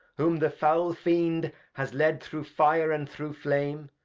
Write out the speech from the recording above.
whom the foul fiend has led through fire, and through flame,